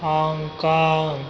Hong Kong